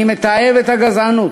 אני מתעב את הגזענות,